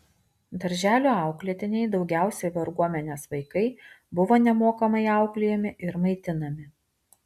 darželių auklėtiniai daugiausiai varguomenės vaikai buvo nemokamai auklėjami ir maitinami